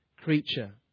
creature